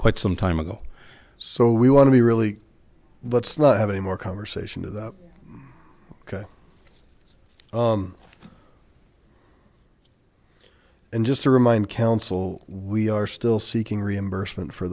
quite some time ago so we want to be really let's not have any more conversation with ok and just to remind counsel we are still seeking reimbursement for